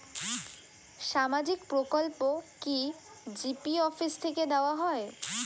সামাজিক প্রকল্প কি জি.পি অফিস থেকে দেওয়া হয়?